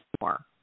more